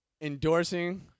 endorsing